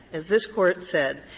as this court said,